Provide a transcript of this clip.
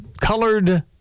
colored